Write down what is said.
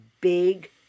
big